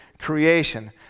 creation